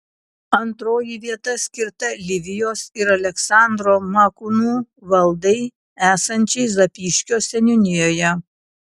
antroji vieta skirta livijos ir aleksandro makūnų valdai esančiai zapyškio seniūnijoje